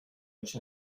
los